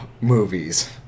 movies